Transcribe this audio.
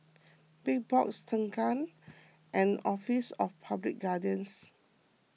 Big Box Tengah and Office of Public Guardian